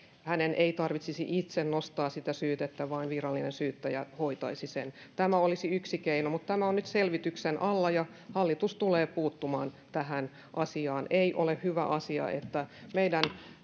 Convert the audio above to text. ei tarvitsisi itse nostaa syytettä vaan virallinen syyttäjä hoitaisi sen tämä olisi yksi keino mutta tämä on nyt selvityksen alla ja hallitus tulee puuttumaan tähän asiaan ei ole hyvä asia että meidän